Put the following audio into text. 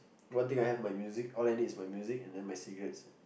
one thing I have my music all I need is my music and then my cigarettes